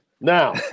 Now